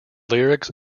lyrics